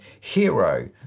hero